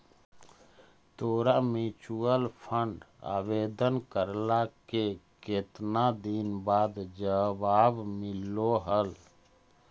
तोरा mutual fund आवेदन करला के केतना दिन बाद जवाब मिललो हल?